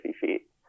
feet